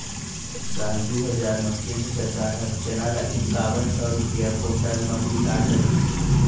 साल दू हजार म केंद्र सरकार ह चना ल इंकावन सौ रूपिया कोंटल म बिसात रहिस